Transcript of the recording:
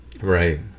Right